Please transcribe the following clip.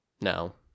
No